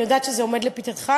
אני ידעת שזה עומד לפתתך,